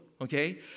Okay